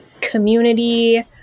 community